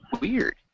weird